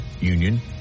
Union